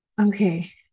okay